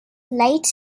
light